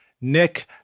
Nick